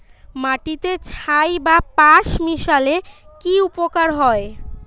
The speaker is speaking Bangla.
মাটিতে ছাই বা পাঁশ মিশালে কি উপকার হয়?